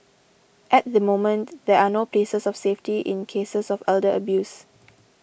at the moment there are no places of safety in cases of elder abuse